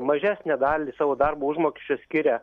mažesnę dalį savo darbo užmokesčio skiria